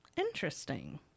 interesting